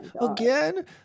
Again